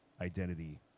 identity